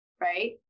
right